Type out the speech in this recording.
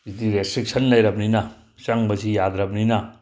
ꯍꯧꯖꯤꯛꯇꯤ ꯔꯦꯁꯇ꯭ꯔꯤꯛꯁꯟ ꯂꯩꯔꯕꯅꯤꯅ ꯆꯪꯕꯁꯤ ꯌꯥꯗ꯭ꯔꯕꯅꯤꯅ